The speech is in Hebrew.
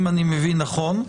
אם אני מבין נכון,